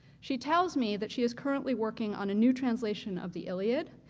she tells me that she is currently working on a new translation of the iliad,